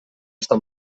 està